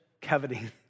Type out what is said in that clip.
coveting